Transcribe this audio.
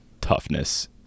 toughness